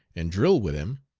and drill with him,